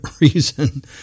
reason